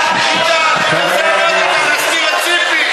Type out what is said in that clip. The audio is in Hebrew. את ציפי,